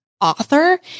author